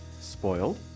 spoiled